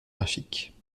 graphique